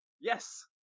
Yes